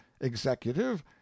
EXECUTIVE